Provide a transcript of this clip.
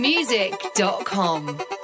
Music.com